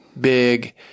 big